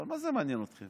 אבל מה זה מעניין אתכם?